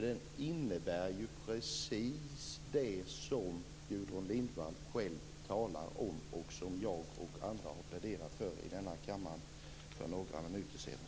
Den innebär precis det som Gudrun Lindvall själv talar om och som jag och andra har pläderat för här i kammaren för några minuter sedan.